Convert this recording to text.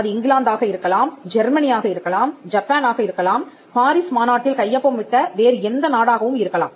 அது இங்கிலாந்து ஆக இருக்கலாம் ஜெர்மனி ஆக இருக்கலாம் ஜப்பான் ஆக இருக்கலாம் பாரிஸ் மாநாட்டில் கையொப்பமிட்ட வேறு எந்த நாடாகவும் இருக்கலாம்